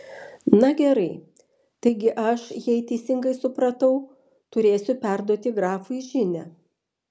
na gerai taigi aš jeigu teisingai supratau turėsiu perduoti grafui žinią